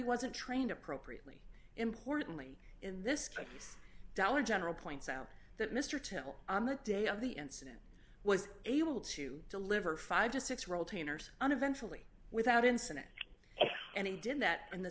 wasn't trained appropriately importantly in this case dollar general points out that mr temple on the day of the incident was able to deliver five to six year old trainers and eventually without incident and he did that in the